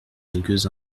quelques